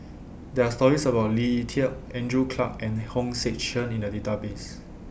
There Are stories about Lee Tieng Andrew Clarke and Hong Sek Chern in The Database